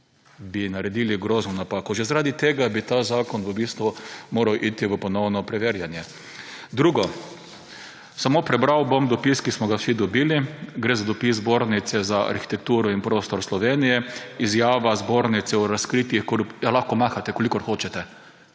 bi naredili grozno napako. Že zaradi tega bi ta zakon v bistvu moral iti v ponovno preverjanje. Drugo, samo prebral bom dopis, ki smo ga vsi dobili. Gre za dopis Zbornice za arhitekturo in prostor Slovenije, izjava zbornice o razkritih … Lahko mahate, kolikor hočete,